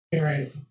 Right